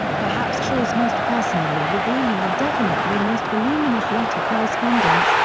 perhaps shaw's most personally revealing and definitely most voluminous letter correspondence,